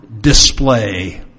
display